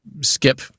skip